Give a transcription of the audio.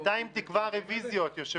בינתיים תקבע רביזיות, אדוני היושב-ראש.